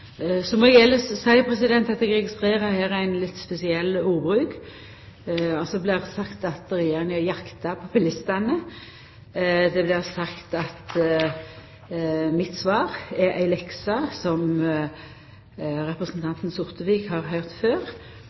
Så må eg elles seia at eg registrerer ein litt spesiell ordbruk her. Det blir sagt at «Regjeringen jakter på bilistene». Det blir sagt at mitt svar er ei lekse som representanten Sortevik «har hørt før».